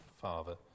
Father